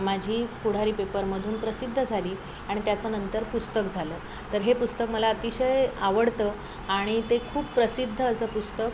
माझी पुढारी पेपरमधून प्रसिद्ध झाली आणि त्याचं नंतर पुस्तक झालं तर हे पुस्तक मला अतिशय आवडतं आणि ते खूप प्रसिद्ध असं पुस्तक